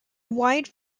wide